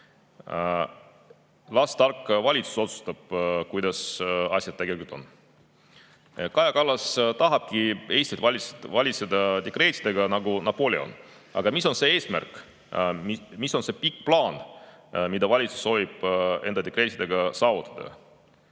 Las tark valitsus otsustab, kuidas asjad tegelikult on. Kaja Kallas tahabki Eestit valitseda dekreetidega nagu Napoleon. Aga mis on see eesmärk, mis on see pikk plaan, mida valitsus soovib enda dekreetidega saavutada?